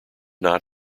not